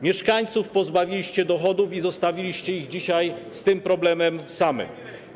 Mieszkańców pozbawiliście dochodów i zostawiliście ich dzisiaj z tym problemem samych.